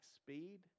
speed